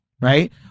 right